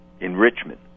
enrichment